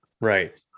right